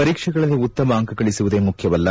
ಪರೀಕ್ಷೆಗಳಲ್ಲಿ ಉತ್ತಮ ಅಂಕಗಳಿಸುವುದೇ ಮುಖ್ಯವಲ್ಲ